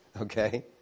Okay